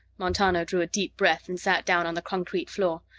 montano drew a deep breath and sat down on the concrete floor.